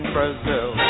Brazil